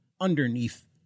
underneath